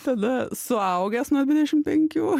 tada suaugęs nuo dvidešimt penkių